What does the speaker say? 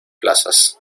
plazas